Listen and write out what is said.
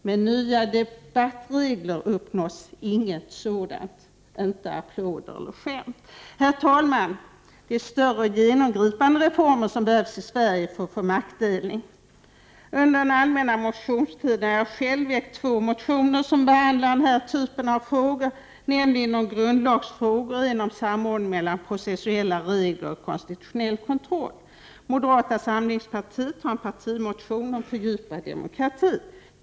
Med nya debattregler uppnås inget sådant, inte heller applåder och skämt. Herr talman! Det är större och genomgripande reformer som behövs i Sverige för att få maktdelning. Under den allmänna motionstiden har jag själv väckt två motioner som behandlar den här typen av frågor, nämligen en om grundlagsfrågor och en om samordning mellan processuella regler och konstitutionell kontroll. Moderata samlingspartiet har väckt en motion om fördjupad demokrati.